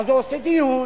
ואז הוא עושה דיון.